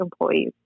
employees